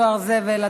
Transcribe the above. דואר זבל),